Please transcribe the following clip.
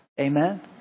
Amen